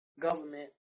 government